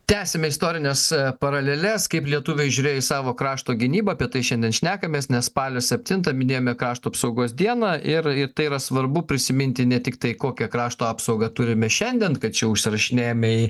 tęsiame istorines paraleles kaip lietuviai žiūrėjo į savo krašto gynybą apie tai šiandien šnekamės nes spalio septintą minėjome krašto apsaugos dieną ir ir tai yra svarbu prisiminti ne tiktai kokią krašto apsaugą turime šiandien kad čia užsirašinėjame į